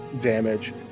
damage